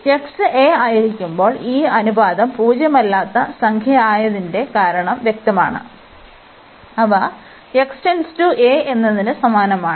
X → a ആയിരിക്കുമ്പോൾ ഈ അനുപാതം പൂജ്യമല്ലാത്ത സംഖ്യയാണെന്നതിന്റെ കാരണം വ്യക്തമാണ് അവ x → a എന്നതിന് സമാനമാണ്